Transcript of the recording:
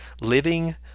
living